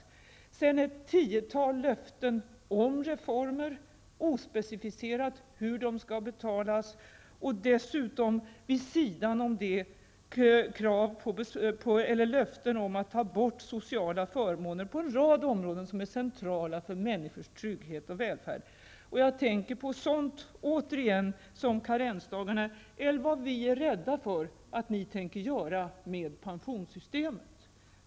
Sedan har man ett tiotal löften om reformer, ospecificerat hur de skall betalas. Vid sidan av det finns det dessutom löften om att ta bort sociala förmåner på en rad områden som är centrala för människors trygghet och välfärd. Jag tänker återigen på t.ex. karensdagarna och vad vi är rädda för att ni tänker göra med pensionssystemet.